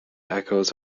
echos